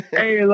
hey